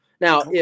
Now